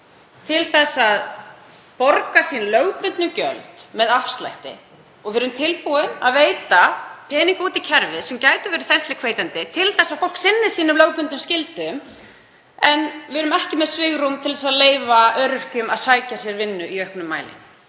til að borga lögbundin gjöld sín með afslætti og við erum tilbúin að veita peninga út í kerfið sem gætu verið þensluhvetjandi til þess að fólk sinni lögbundnum skyldum sínum. En við erum ekki með svigrúm til að leyfa öryrkjum að sækja sér vinnu í auknum mæli.